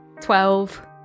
Twelve